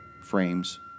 frames